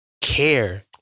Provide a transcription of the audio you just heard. care